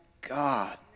God